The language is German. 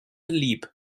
lieb